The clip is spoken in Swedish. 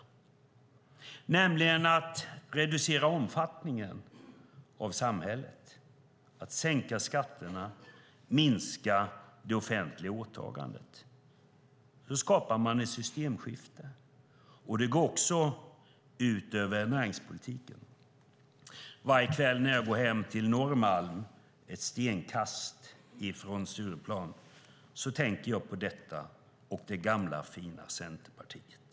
Det handlar om att reducera omfattningen av samhället, att sänka skatterna och minska det offentliga åtagandet. Då skapar man ett systemskifte. Det går också ut över näringspolitiken. Varje kväll när jag går hem till Norrmalm, ett stenkast från Stureplan, tänker jag på detta och det gamla fina Centerpartiet.